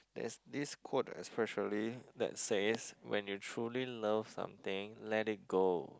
there's this quote especially that says when you truly love something let it go